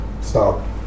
Stop